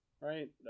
right